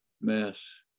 mass